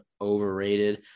overrated